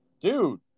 dude